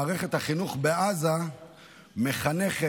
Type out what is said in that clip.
מערכת החינוך בעזה מחנכת